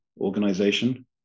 organization